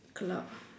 cloud